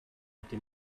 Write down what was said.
été